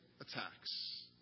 attacks